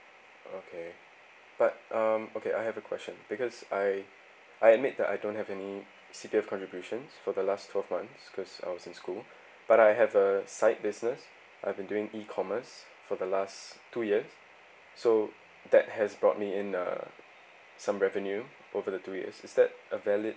okay but um okay I have a question because I I admit that I don't have any C_P_F contributions for the last twelve months cause I was in school but I have a side business I've been doing E commerce for the last two years so that has brought me in uh some revenue over the two years is that a valid